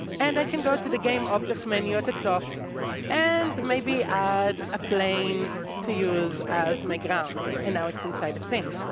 and i can go to the game object menu at the top and maybe add a plane to use as my ground, and now it's inside the scene.